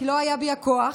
כי לא היה בי הכוח,